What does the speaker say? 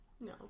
No